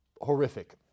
Horrific